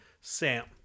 Sam